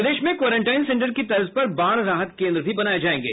प्रदेश में quarantine centre की तर्ज पर बाढ़ राहत केन्द्र भी बनाये जायेंगे